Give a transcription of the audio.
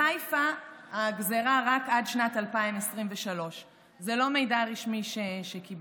לחיפה הגזרה רק עד שנת 2023. זה לא מידע רשמי שקיבלתי.